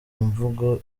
mvugo